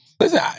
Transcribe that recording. Listen